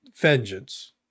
vengeance